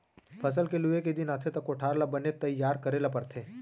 फसल के लूए के दिन आथे त कोठार ल बने तइयार करे ल परथे